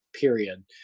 period